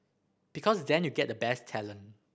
because then you get the best talent